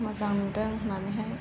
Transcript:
मोजां नुदों होननानैहाय